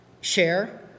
share